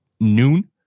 noon